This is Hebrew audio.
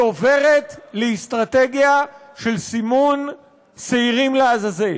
היא עוברת לאסטרטגיה של סימון שעירים לעזאזל,